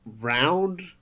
round